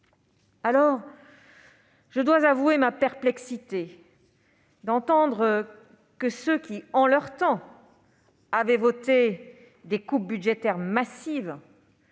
dois donc avouer ma perplexité à entendre ceux qui en leur temps avaient voté des coupes budgétaires massives